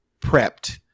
prepped